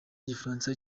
igifaransa